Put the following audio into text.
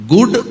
Good